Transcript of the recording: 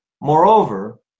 Moreover